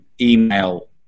email